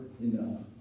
enough